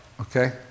Okay